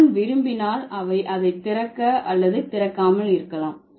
John விரும்பினால் அவர் அதை திறக்க அல்லது திறக்கமால் இருக்கலாம்